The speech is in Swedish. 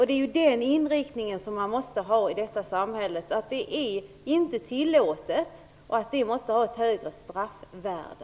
Det är den inriktningen som vi måste ha i samhället, dvs. att detta inte är tillåtet och att det måste ha ett högre straffvärde.